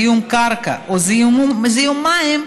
זיהום קרקע או זיהום מים,